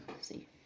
see